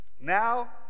Now